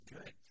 Good